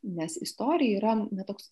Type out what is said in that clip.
nes istorijoj yra ne toks